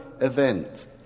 event